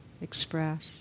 express